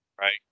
right